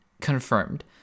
confirmed